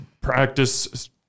practice